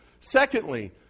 Secondly